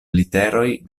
literoj